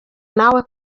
nawe